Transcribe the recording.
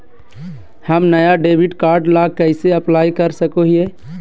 हम नया debit card ला कइसे अप्लाई कर सको हियै?